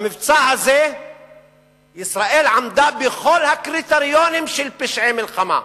במבצע הזה ישראל עמדה בכל הקריטריונים של פשעי מלחמה.